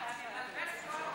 אתה מבלבל את כל העובדות.